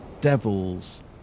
devils